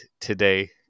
today